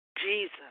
Jesus